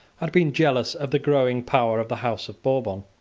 had been jealous of the growing power of the house of bourbon.